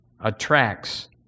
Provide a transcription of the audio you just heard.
attracts